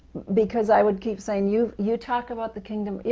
because i would keep saying, you you talk about the kingdom. you